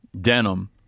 denim